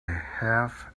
half